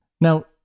Now